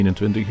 21